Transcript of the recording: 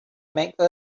make